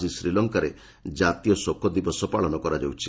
ଆଜି ଶ୍ରୀଲଙ୍କାରେ ଜାତୀୟ ଶୋକ ଦିବସ ପାଳନ କରାଯାଉଛି